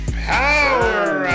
Power